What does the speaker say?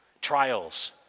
trials